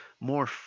more